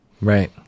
Right